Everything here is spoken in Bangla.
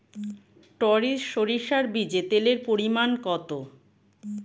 টরি সরিষার বীজে তেলের পরিমাণ কত?